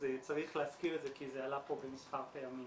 צריך להזכיר את זה כי זה עלה פה במספר פעמים.